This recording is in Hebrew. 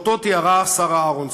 שאותו תיארה שרה אהרונסון.